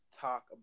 talk